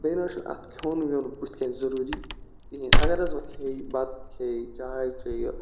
بیٚیہِ نَہ حظ چھُنہٕ اَتھ کھیوٚن ویُن بہٕ تھِ کیٚنٛہہ ضُروٗری کِہیٖنۍ اگر حظ وَ کھے بتہِ کھے چاے چیٚیہِ